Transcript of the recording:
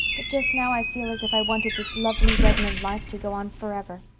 but just now i feel as if i wanted this lovely redmond life to go on forever.